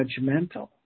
judgmental